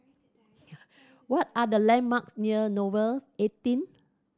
what are the landmarks near Nouvel eighteen